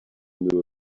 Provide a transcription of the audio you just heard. knew